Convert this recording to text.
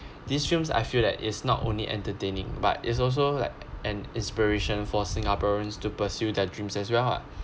these films I feel that is not only entertaining but it's also like an inspiration for singaporeans to pursue their dreams as well ah